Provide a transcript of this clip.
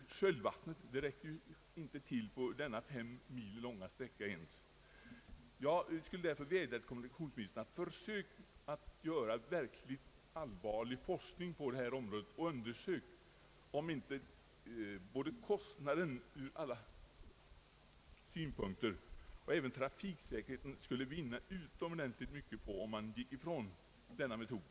Spolvattnet räckte inte till ens på denna knappt fem mil långa sträcka. Jag vill därför vädja till kommunikationsministern att söka få i gång verkligt allvarlig forskning på detta område och undersöka om inte såväl ekonomin från alla synpunkter som även trafiksäkerheten skulle vinna utomordentligt mycket på att man gick ifrån saltningsmetoden.